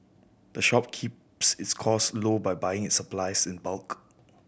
the shop keeps its costs low by buying its supplies in bulk